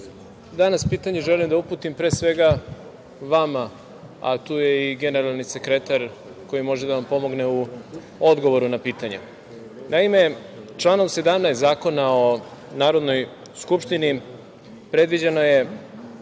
danas pitanje želim da uputim pre svega vama, a tu je i generalni sekretar koji može da vam pomogne u odgovoru na pitanje. Naime, članom 17. Zakona o Narodnoj skupštini predviđeno je